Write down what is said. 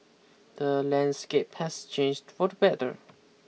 the landscape has changed for the better